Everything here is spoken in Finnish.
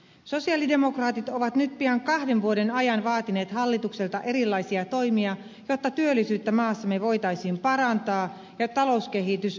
sosialidemokraatit ovat nyt pian kahden vuoden ajan vaatineet hallitukselta erilaisia toimia jotta työllisyyttä maassamme voitaisiin parantaa ja talouskehitys voitaisiin turvata